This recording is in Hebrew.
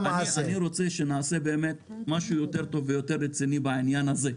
אני רוצה שנעשה משהו יותר טוב ויותר רציני בעניין הזה.